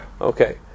Okay